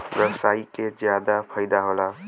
व्यवसायी के जादा फईदा होला